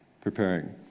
preparing